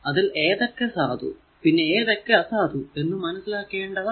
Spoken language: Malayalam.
അതിൽ ഏതൊക്കെ സാധു പിന്നെ ഏതൊക്കെ അസാധു എന്ന് മനസ്സിലാക്കേണ്ടതാണ്